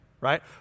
right